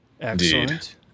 Excellent